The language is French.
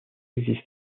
existent